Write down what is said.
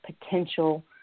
potential